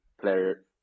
player